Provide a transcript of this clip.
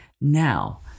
Now